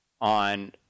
On